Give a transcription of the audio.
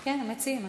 כן, המציעים.